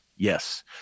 Yes